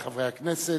הכנסת,